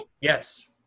Yes